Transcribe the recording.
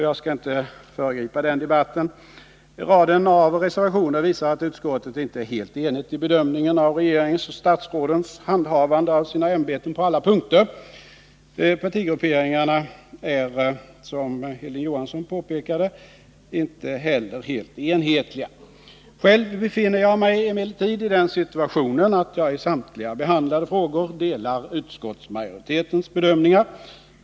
Jag skall inte föregripa den debatten. Raden av reservationer visar att utskottet inte är helt enigt i bedömningen av regeringens och statsrådens handhavande av sina ämbeten på alla punkter. Partigrupperingarna är, som Hilding Johansson påpekade, inte heller helt enhetliga. Själv befinner jag mig emellertid i den situationen att jag i samtliga behandlade frågor delar utskottsmajoritetens bedömningar.